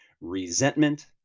resentment